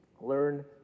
Learn